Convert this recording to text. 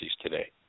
today